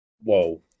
Whoa